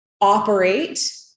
operate